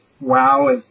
wow